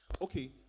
okay